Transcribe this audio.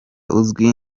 uzwi